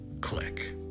Click